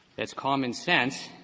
that's common sense,